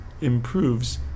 improves